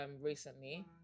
recently